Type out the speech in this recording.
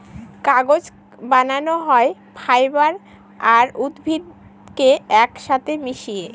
কাগজ বানানো হয় ফাইবার আর উদ্ভিদকে এক সাথে মিশিয়ে